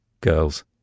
girls